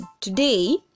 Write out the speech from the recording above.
today